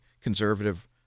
conservative